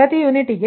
5 ಆಗಿದೆ